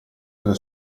della